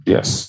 Yes